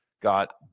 Got